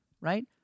Right